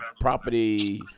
property